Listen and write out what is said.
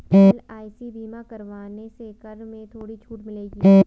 LIC बीमा करवाने से कर में थोड़ी छूट मिलेगी